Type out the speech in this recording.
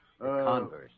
Converse